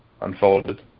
unfolded